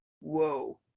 whoa